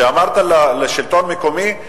אמרת לשלטון מקומי: